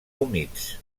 humits